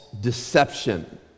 deception